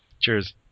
Cheers